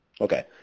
Okay